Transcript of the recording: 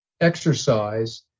exercise